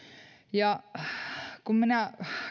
kun minä